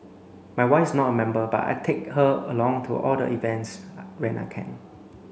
my wife is not a member but I take her along to all the events when I can